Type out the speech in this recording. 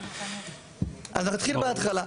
נתחיל בהתחלה.